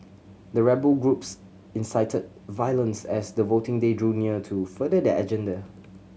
the rebel groups incited violence as the voting day drew near to further their agenda